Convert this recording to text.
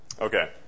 Okay